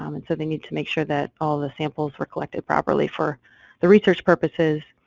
um and so they need to make sure that all the samples were collected properly for the research purposes